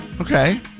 Okay